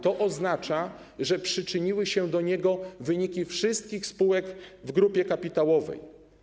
To oznacza, że przyczyniły się do niego wyniki wszystkich spółek w grupie kapitałowej.